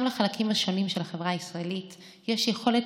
גם לחלקים השונים של החברה הישראלית יש יכולת